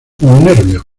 nervio